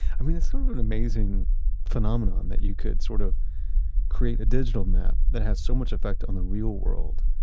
i mean it's sort of an amazing phenomenon that you could sort of create a digital map that has so much effect on the real world.